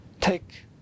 take